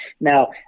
now